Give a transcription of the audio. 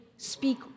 speak